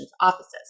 offices